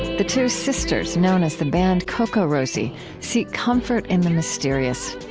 the two sisters known as the band cocorosie seek comfort in the mysterious.